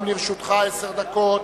גם לרשותך עשר דקות.